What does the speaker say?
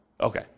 Okay